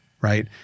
right